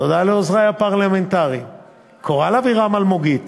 תודה לעוזרי הפרלמנטריים קורל, אלמוגית